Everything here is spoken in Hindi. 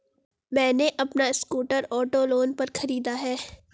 मैने अपना स्कूटर ऑटो लोन पर खरीदा है